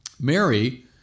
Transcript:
Mary